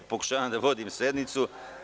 Pokušavam da vodim sednicu.